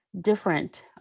different